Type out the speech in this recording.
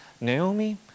Naomi